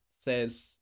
says